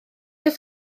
oes